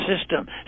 system